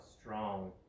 strong